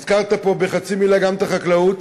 הזכרת פה בחצי מילה גם את החקלאות.